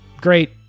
great